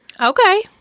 Okay